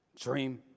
Dream